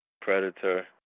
predator